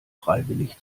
freiwillig